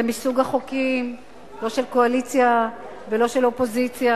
זה מסוג החוקים לא של קואליציה ולא של אופוזיציה.